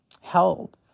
health